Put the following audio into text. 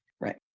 Right